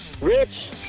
Rich